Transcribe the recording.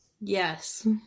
Yes